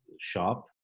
shop